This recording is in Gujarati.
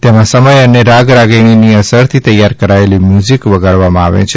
તેમાં સમય અને રાગ રાગીણીની અસરથી તૈયાર કરાયેલુ મ્યુઝિક વગાડવામાં આવે છે